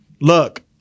Look